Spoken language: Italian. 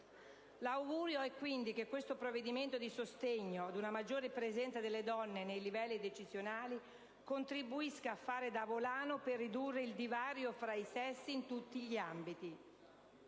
L'augurio è, quindi, che questo provvedimento di sostegno ad una maggiore presenza delle donne nei livelli decisionali, contribuisca a fare da volano per ridurre il divario fra i sessi in tutti gli ambiti.